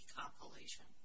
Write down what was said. compilation